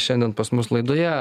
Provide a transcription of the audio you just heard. šiandien pas mus laidoje